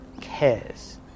cares